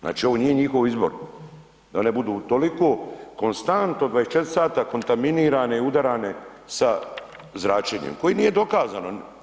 Znači ovo nije njihov izbor da one budu toliko konstantno 24 sata kontaminirane, udarane sa zračenjem koje nije dokazano.